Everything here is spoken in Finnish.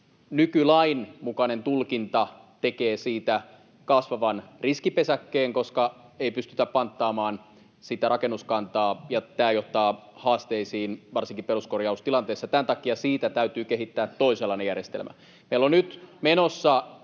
nykylain mukainen tulkinta tekee siitä kasvavan riskipesäkkeen, koska ei pystytä panttaamaan rakennuskantaa, ja tämä johtaa haasteisiin varsinkin peruskorjaustilanteissa. Tämän takia siitä täytyy kehittää toisenlainen järjestelmä. Meillä on nyt menossa